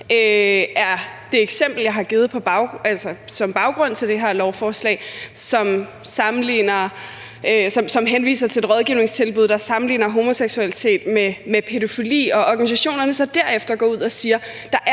er det eksempel, jeg har givet som baggrund til det her lovforslag, og som henviser til et rådgivningstilbud, der sammenligner homoseksualitet med pædofili, og når organisationerne så derefter går ud og siger,